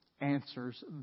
answers